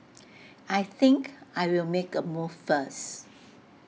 I think I'll make A move first